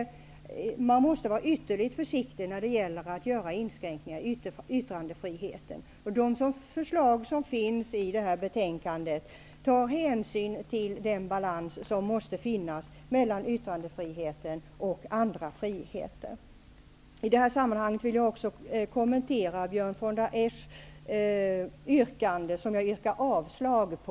Man måste vara ytterligt försiktig när det gäller att göra inskränkningar i yttrandefriheten. I de förslag som finns i betänkandet tas hänsyn till den balans som måste finnas mellan yttrandefriheten och andra friheter. I det här sammanhanget vill jag också kommentera Björn von der Eschs yrkande, vilket jag yrkar avslag på.